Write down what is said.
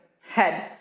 head